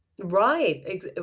Right